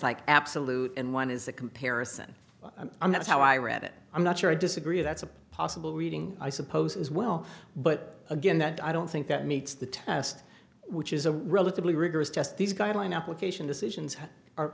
like absolute and one is a comparison and that's how i read it i'm not sure i disagree that's a possible reading i suppose as well but again that i don't think that meets the test which is a relatively rigorous test these guideline application decisions are